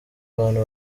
bantu